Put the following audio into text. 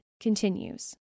continues